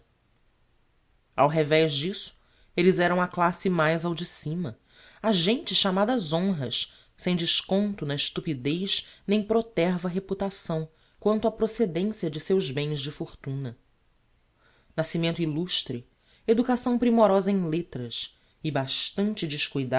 ao revez d'isso elles eram a classe mais ao de cima a gente chamada ás honras sem desconto na estupidez nem proterva reputação quanto á procedencia de seus bens de fortuna nascimento illustre educação primorosa em letras e bastante